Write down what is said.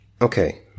Okay